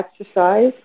exercise